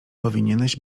powinieneś